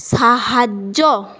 সাহায্য